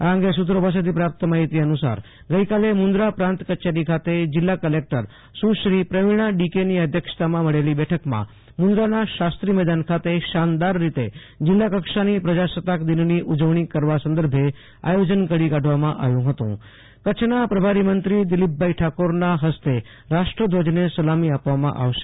આ અંગે સુ ત્રો પાસેથી પ્રાપ્ત માહિતી અનુસાર ગઈકાલે મુન્દ્રા પ્રાંત કચેરી ખાતે જિલ્લા કલેક્ટર સુ શ્રી પ્રવિણા ડીકેની અધ્યક્ષતામાં મળેલી બેઠકમાં મુન્દ્રાના શશ્રી મેદાન ખાતે શાનદાર રીતે જિલ્લા કક્ષાની પ્રજાસત્તાક દિનની ઉજવણી કરવા સંદર્ભે આયોજન ઘડી કાઢવામાં આવ્યુ હતું કચ્છના પ્રભારીમંત્રી દિલીપ ઠાકોરના હસ્તે રાષ્ટ્રધ્વજને સલામી આપવામાં આવશે